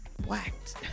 Whacked